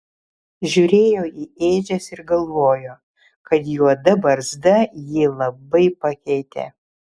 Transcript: žiūrėjo į ėdžias ir galvojo kad juoda barzda jį labai pakeitė